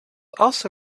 also